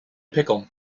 pickle